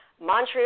Montreal